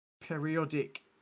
Periodic